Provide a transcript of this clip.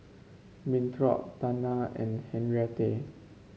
Winthrop Tana and Henriette